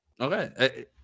Okay